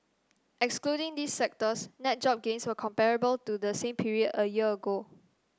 excluding these sectors net job gains were comparable to the same period a year ago